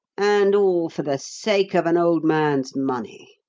and all for the sake of an old man's money!